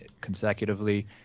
consecutively